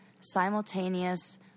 simultaneous